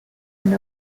and